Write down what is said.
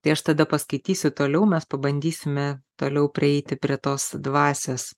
tai aš tada paskaitysiu toliau mes pabandysime toliau prieiti prie tos dvasios